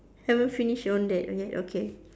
haven't finish on that okay okay